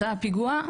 אחרי הפיגוע,